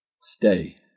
Stay